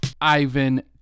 Ivan